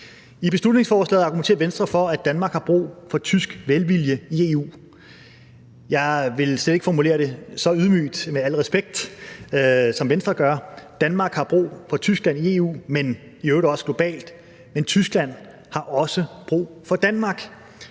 I beslutningsforslaget argumenterer Venstre for, at Danmark har brug for tysk velvilje i EU. Jeg vil med al respekt slet ikke formulere det så ydmygt, som Venstre gør. Danmark har brug for Tyskland i EU og i øvrigt også globalt, men Tyskland har også brug for Danmark.